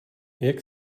jak